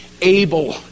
able